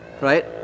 right